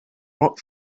rock